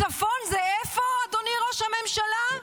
הצפון זה איפה, אדוני ראש הממשלה?